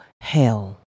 hell